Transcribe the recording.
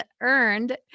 earned